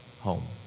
Home